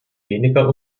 weniger